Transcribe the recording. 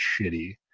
shitty